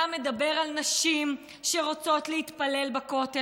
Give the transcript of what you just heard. אתה מדבר על נשים שרוצות להתפלל בכותל,